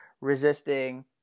resisting